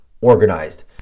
organized